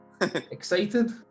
Excited